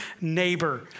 neighbor